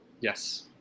Yes